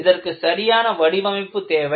இதற்கு சரியான வடிவமைப்பு தேவை